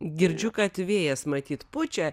girdžiu kad vėjas matyt pučia